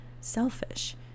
selfish